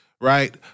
right